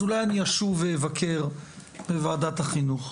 אז אולי אני אשוב ואבקר בוועדת החינוך.